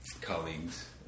colleagues